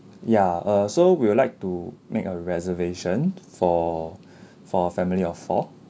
ya uh so we would like to make a reservation for for a family of four